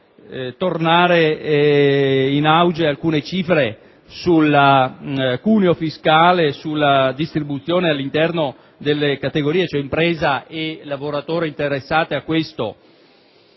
tornare in auge cifre sul cuneo fiscale, sulla distribuzione all'interno delle categorie impresa e lavoratori interessati di